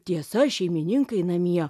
tiesa šeimininkai namie